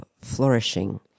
flourishing